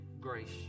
Grace